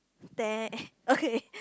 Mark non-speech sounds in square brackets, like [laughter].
[noise] okay